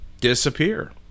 disappear